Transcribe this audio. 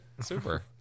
super